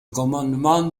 commandement